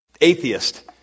atheist